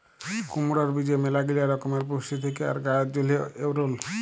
কুমড়র বীজে ম্যালাগিলা রকমের পুষ্টি থেক্যে আর গায়ের জন্হে এঔরল